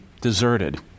deserted